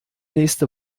nächste